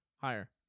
higher